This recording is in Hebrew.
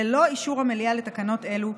ללא אישור המליאה לתקנות אלה,